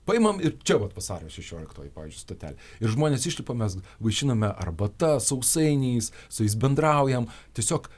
paimam ir čia vat vasario šešioliktoji pavyzdžiui stotelė ir žmonės išlipa mes vaišinome arbata sausainiais su jais bendraujam tiesiog